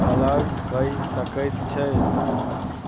alert करि सकै छै